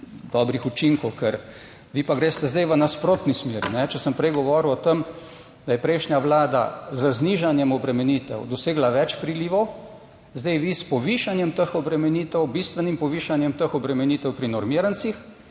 dobrih učinkov, ker vi pa greste zdaj v nasprotni smeri. Če sem prej govoril o tem, da je prejšnja Vlada z znižanjem obremenitev dosegla več prilivov, zdaj vi s povišanjem teh obremenitev, bistvenim povišanjem teh obremenitev pri normirancih